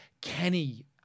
Kenny